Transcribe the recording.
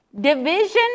Division